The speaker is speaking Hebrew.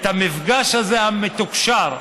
את המפגש הזה, המתוקשר,